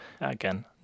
Again